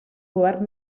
govern